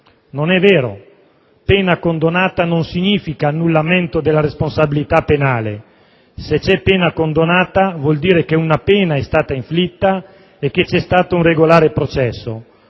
Non è vero: pena condonata non significa annullamento della responsabilità penale. Se c'è pena condonata, vuol dire che una pena è stata inflitta e che vi è stato un regolare processo.